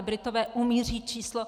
Britové umí říct číslo.